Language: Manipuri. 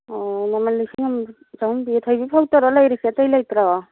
ꯑꯣ ꯃꯃꯜ ꯂꯤꯁꯤꯡ ꯑꯃ ꯆꯍꯨꯝ ꯄꯤꯔꯤꯁꯦ ꯊꯣꯏꯕꯤ ꯐꯧꯗꯔꯣ ꯂꯩꯔꯤꯁꯦ ꯑꯇꯩ ꯂꯩꯇꯔꯣ